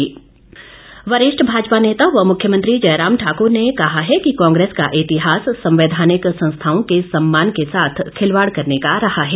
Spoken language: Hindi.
बयान वरिष्ठ भाजपा नेता व मुख्यमंत्री जयराम ठाक्र ने कहा है कि कांग्रेस का इतिहास संवैधानिक संस्थाओं के सम्मान के साथ खिलवाड़ करने का रहा है